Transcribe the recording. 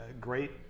great